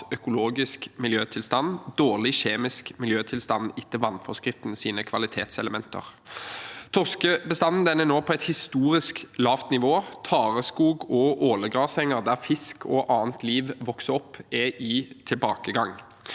økologisk miljøtilstand og dårlig kjemisk miljøtilstand etter vannforskriftens kvalitetselementer. Torskebestanden er nå på et historisk lavt nivå, og tareskog og ålegrasenger der fisk og annet liv vokser opp, er i tilbakegang.